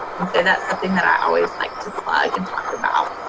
and so that's something that i always like to plug and talk about.